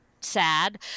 sad